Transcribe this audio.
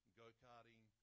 go-karting